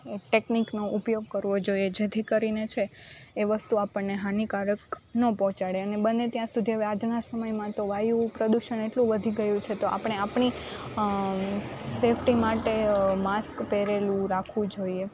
ટેકનિકનો ઉપયોગ કરવો જોઈએ જેથી કરીને છે એ વસ્તુ આપણને હાનિકારક ન પહોંચાડે અને બને ત્યાં સુધી આજના સમયમાં તો વાયુ પ્રદૂષણ એટલું વધી ગયું છે તો આપણે આપણી સેફટી માટે માસ્ક પહેરેલું રાખવું જોઈએ